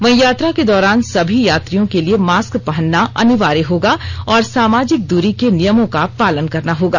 वहीं यात्रा के दौरान सभी यात्रियों के लिए मास्क पहनना अनिवार्य होगा और सामाजिक दूरी के नियमों का पालन करना होगा